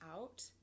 out